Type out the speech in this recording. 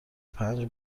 پنج